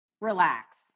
relax